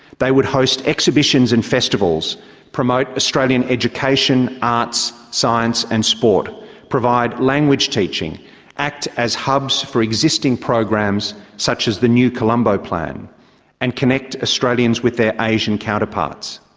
they would host exhibitions and festivals promote australian education, arts, science and sport provide language teaching act as hubs for existing programs such as the new colombo plan and connect australians with their asian counterparts.